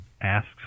asks